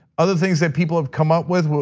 other things that people have come up with,